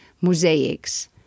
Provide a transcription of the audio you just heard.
mosaics